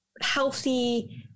healthy